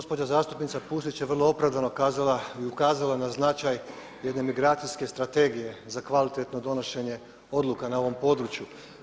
Gospođa zastupnica Pusić je vrlo opravdano kazala i ukazala na značaj jedne migracijske strategije za kvalitetno donošenje odluka na ovom području.